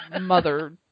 mother